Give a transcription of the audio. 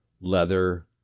leather